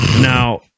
now